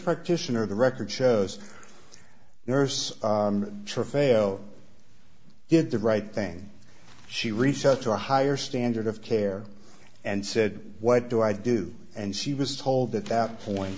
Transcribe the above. practitioner the record shows nurse travail did the right thing she reset to a higher standard of care and said what do i do and she was told that that point